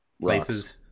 places